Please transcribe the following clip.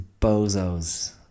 bozos